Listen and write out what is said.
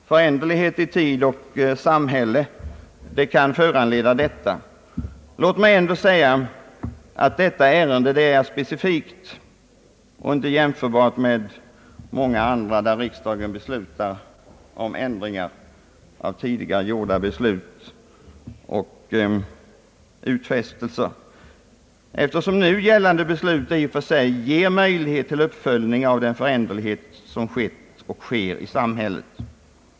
Föränderligheten i tid och samhälle kan föranleda detta. Låt mig ändå säga att detta ärende är specifikt och inte jämförbart med andra, där riksdagen beslutat om ändring eller upphörande av tidigare beslut och utfästelser. De bestämmelser som i dag gäller enligt 1967 års beslut ger nämligen i och för sig möjlighet till uppföljning av de förändringar som skett och sker i samhället.